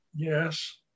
Yes